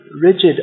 rigid